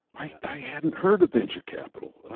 i hadn't heard of venture capital.